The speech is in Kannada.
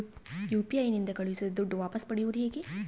ಯು.ಪಿ.ಐ ನಿಂದ ಕಳುಹಿಸಿದ ದುಡ್ಡು ವಾಪಸ್ ಪಡೆಯೋದು ಹೆಂಗ?